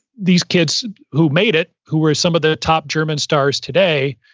these kids who made it, who are some of the top german stars today,